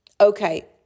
okay